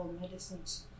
medicines